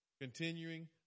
Continuing